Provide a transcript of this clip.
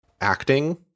acting